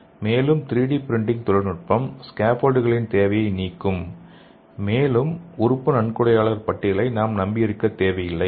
மேலும் 3 D printing தொழில்நுட்பம் ஸ்கேப்போல்டுகளின் தேவையை நீக்கும் மேலும் உறுப்பு நன்கொடையாளர் பட்டியலை நாம் நம்பி இருக்க தேவையில்லை